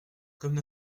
comme